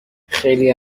خیلی